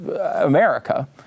America